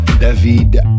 David